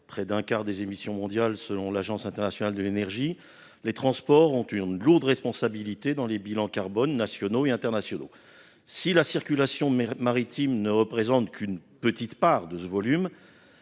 près d'un quart des émissions mondiales, selon l'Agence internationale de l'énergie (AIE), les transports ont une lourde responsabilité dans les bilans carbone nationaux et internationaux. Si la circulation maritime ne représente qu'une petite part de ce volume,